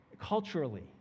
culturally